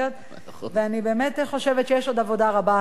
אני באמת חושבת שיש עוד עבודה רבה לקדם,